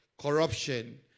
corruption